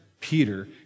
Peter